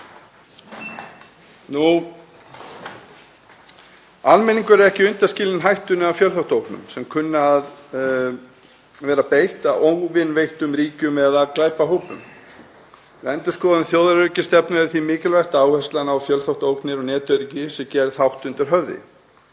Almenningur er ekki undanskilinn hættunni af fjölþáttaógnum sem kann að vera beitt af óvinveittum ríkjum eða glæpahópum. Við endurskoðun þjóðaröryggisstefnu er því mikilvægt að áherslunni á fjölþáttaógnir og netöryggi sé gert hátt undir höfði.